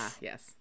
yes